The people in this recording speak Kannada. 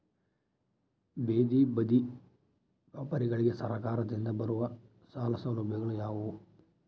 ಬೇದಿ ಬದಿ ವ್ಯಾಪಾರಗಳಿಗೆ ಸರಕಾರದಿಂದ ಬರುವ ಸಾಲ ಸೌಲಭ್ಯಗಳು ಯಾವುವು?